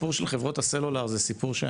הסיפור של חברות הסלולר זה סיפור,